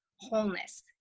wholeness